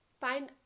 find